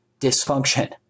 dysfunction